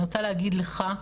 אני רוצה להגיד לך,